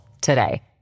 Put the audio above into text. today